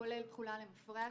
כולל תחולה למפרע.